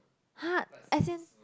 !huh! as in